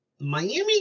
Miami